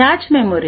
cache memory